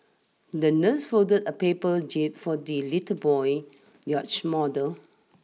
the nurse folded a paper jib for the little boy's yacht model